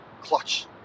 clutch